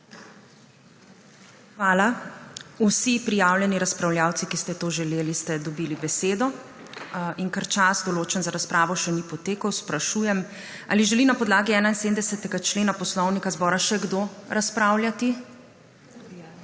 Hvala. Vsi prijavljeni razpravljavci, ki ste to želeli, ste dobili besedo. Ker čas, določen za razpravo, še ni potekel sprašujem, ali želi na podlagi 71. člena Poslovnika zbora še kdo razpravljati?